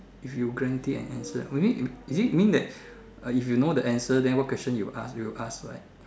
if you guaranteed an answer maybe is it mean that if you know the answer then what question you asked you will ask right